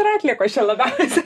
ir atliekos čia labiausia